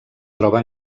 troba